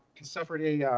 he suffered a